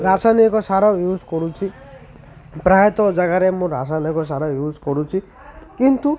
ରାସାୟନିକ ସାର ୟୁଜ୍ କରୁଛି ପ୍ରାୟତଃ ଜାଗାରେ ମୁଁ ରାସାୟନିକ ସାର ୟୁଜ୍ କରୁଛିି କିନ୍ତୁ